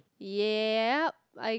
yup I